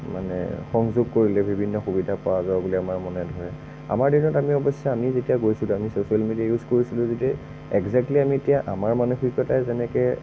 মানে সংযোগ কৰিলে বিভিন্ন সুবিধা পোৱা যায় বুলি আমাৰ মনে ধৰে আমাৰ দিনত আমি অৱশ্যে আমি যেতিয়া গৈছিলোঁ আমি ছচিয়েল মিডিয়া ইউজ কৰিছিলোঁ যদিও এক্জেক্টলি আমি এতিয়া আমাৰ মানসিকতাই যেনেকৈ